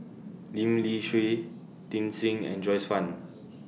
Lim Lee Shui Tit Sing and Joyce fan